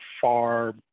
far